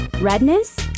Redness